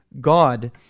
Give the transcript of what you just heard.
God